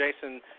Jason